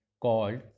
called